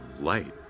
light